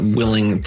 willing